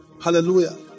Hallelujah